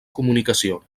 comunicació